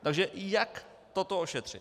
Takže jak toto ošetřit.